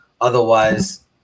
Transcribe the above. otherwise